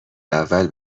اول